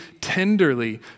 tenderly